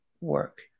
work